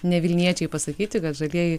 ne vilniečiai pasakyti kad žalieji